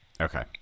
Okay